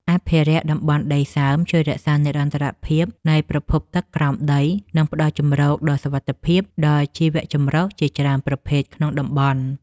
អភិរក្សតំបន់ដីសើមជួយរក្សានិរន្តរភាពនៃប្រភពទឹកក្រោមដី និង ផ្ដល់ជម្រកដ៏សុវត្ថិភាពដល់ជីវចម្រុះជាច្រើនប្រភេទក្នុងតំបន់។